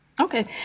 Okay